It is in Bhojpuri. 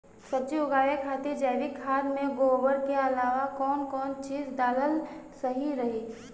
सब्जी उगावे खातिर जैविक खाद मे गोबर के अलाव कौन कौन चीज़ डालल सही रही?